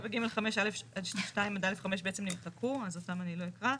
7(ג)(5) עד 2 עד א(5) בעצם נמחקו אז אותם אני לא אקרא.